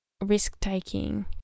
risk-taking